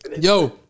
Yo